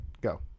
Go